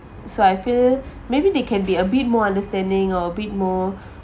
so I feel maybe they can be a bit more understanding a bit more